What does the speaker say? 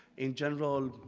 in general,